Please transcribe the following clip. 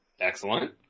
Excellent